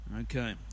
Okay